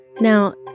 Now